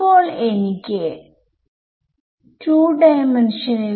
അത്കൊണ്ട് ഈ എന്താണ് ഇത് അടുത്ത ഗ്രിഡ് പോയിന്റ്ആണ്